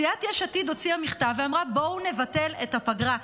סיעת יש עתיד הוציאה מכתב ואמרה: בואו נבטל את הפגרה.